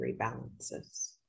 rebalances